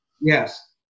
Yes